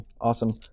awesome